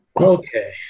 Okay